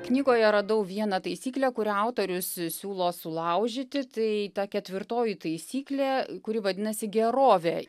knygoje radau vieną taisyklę kurią autorius siūlo sulaužyti tai ta ketvirtoji taisyklė kuri vadinasi gerovė